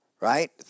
Right